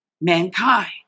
Mankind